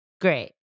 Great